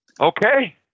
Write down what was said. Okay